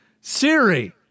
Siri